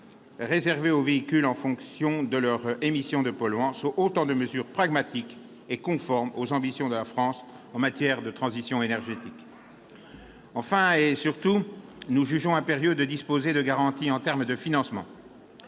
réservés à certains véhicules en fonction de leurs émissions de polluants sont autant de mesures pragmatiques et conformes aux ambitions de la France en matière de transition énergétique. Troisième priorité, enfin, et surtout, nous jugeons impérieux de disposer de garanties en termes de financement.